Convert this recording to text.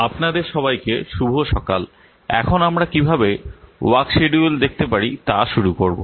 আপনাদের সবাইকে শুভ সকাল এখন আমরা কীভাবে ওয়ার্ক শিডিউল দেখতে পারি তা শুরু করব